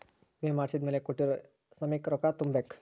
ವಿಮೆ ಮಾಡ್ಸಿದ್ಮೆಲೆ ಕೋಟ್ಟಿರೊ ಸಮಯಕ್ ರೊಕ್ಕ ತುಂಬ ಬೇಕ್